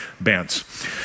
bands